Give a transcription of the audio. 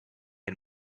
and